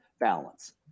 balance